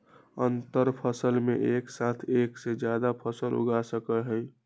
अंतरफसल में एक साथ एक से जादा फसल उगा सका हई